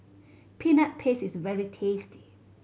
Peanut Paste is very tasty